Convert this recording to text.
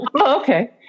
Okay